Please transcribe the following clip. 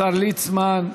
השר ליצמן,